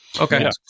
Okay